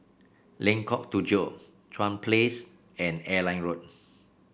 Lengkok Tujoh Chuan Place and Airline Road